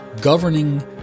governing